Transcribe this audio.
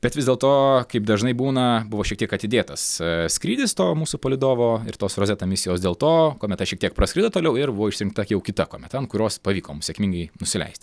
bet vis dėlto kaip dažnai būna buvo šiek tiek atidėtas skrydis to mūsų palydovo ir tos rozeta misijos dėl to kometa šiek tiek praskrido toliau ir buvo išsirinkta jau kita kometa ant kurios pavyko sėkmingai nusileisti